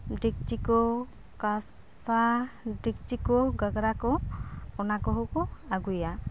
ᱰᱮᱠᱪᱤ ᱠᱚ ᱠᱟᱥᱟ ᱰᱮᱠᱪᱤ ᱠᱚ ᱜᱷᱟᱜᱽᱨᱟ ᱠᱚ ᱚᱱᱟ ᱠᱚᱦᱚᱸ ᱠᱚ ᱟᱹᱜᱩᱭᱟ